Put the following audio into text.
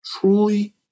truly